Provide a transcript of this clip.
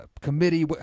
committee